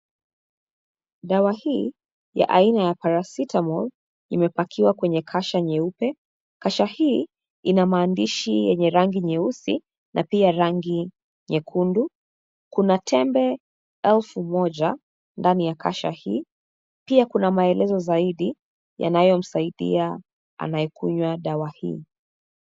Dawa hii ya aina ya Paracetamol imepakiwa kwenye kasha nyeupe, kasha hii inamaandishi yenye rangi nyeusi na pia rangi nyekundu, kuna tembe elfu moja ndani ya kasha hii pia kuna maelezo zaidi yanayomsaidia anayekunywa dawa hii.